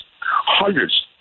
Hundreds